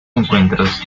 encuentros